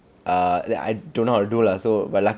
ah then I don't know how to do lah so but lucky